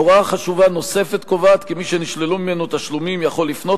הוראה חשובה נוספת קובעת כי מי שנשללו ממנו תשלומים יכול לפנות